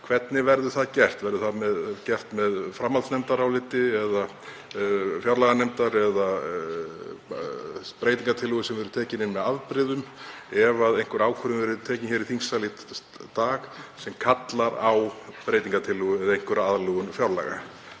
hvernig verður það gert? Verður það gert með framhaldsnefndaráliti fjárlaganefndar eða breytingartillögu sem verður tekin inn með afbrigðum ef ákvörðun verður tekin í þingsal í dag sem kallar á breytingartillögu eða einhverja aðlögun fjárlaga?